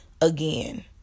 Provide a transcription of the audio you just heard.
again